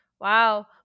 wow